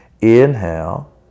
Inhale